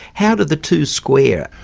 how do the two square?